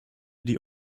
die